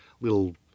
little